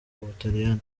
butaliyani